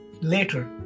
later